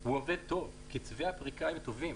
הוא עובד טוב, קצבי הפריקה הם טובים.